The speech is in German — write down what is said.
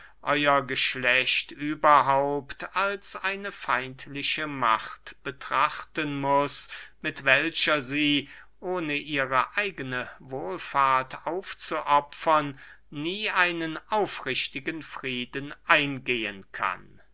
euer geschlecht überhaupt als eine feindliche macht betrachten muß mit welcher sie ohne ihre eigene wohlfahrt aufzuopfern nie einen aufrichtigen frieden eingehen kann